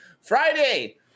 Friday